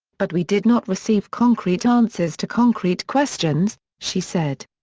but we did not receive concrete answers to concrete questions, she said.